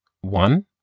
One